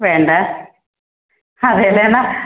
വേണ്ട അതെയല്ലേ എന്നാൽ